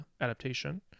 adaptation